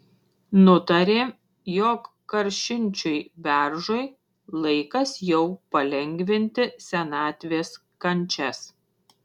nutarė jog karšinčiui beržui laikas jau palengvinti senatvės kančias